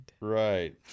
Right